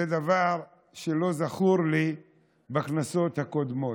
זה דבר שלא זכור לי בכנסות הקודמות.